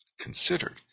considered